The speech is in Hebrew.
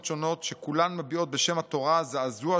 שונות שכולן מביעות בשם התורה זעזוע,